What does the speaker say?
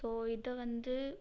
so இதை வந்து